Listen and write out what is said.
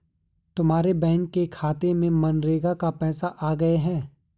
तुम्हारे बैंक के खाते में मनरेगा के पैसे आ गए हैं